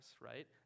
right